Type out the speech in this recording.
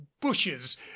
bushes